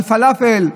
על פלאפל?